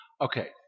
Okay